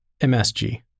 MSG